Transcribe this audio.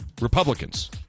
Republicans